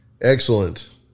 excellent